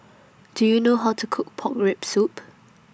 Do YOU know How to Cook Pork Rib Soup